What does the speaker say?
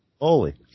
holy